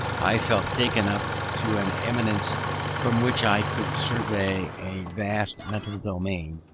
i felt taken up to an eminence from which i could survey a vast mental domain,